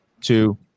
two